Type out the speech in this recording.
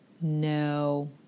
No